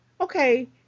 okay